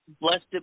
blessed